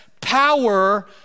power